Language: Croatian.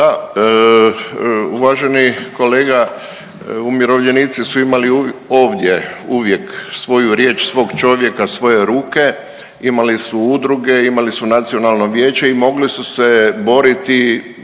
Da, uvaženi kolega, umirovljenici su imali ovdje uvijek svoju riječ, svog čovjeka, svoje ruke, imali su udruge, imali su nacionalno vijeće i mogli su se boriti,